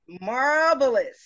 marvelous